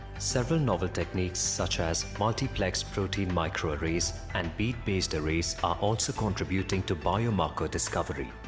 several novel techniques such as multiplex protein microarrays and bead based arrays are also contributing to biomarker discovery.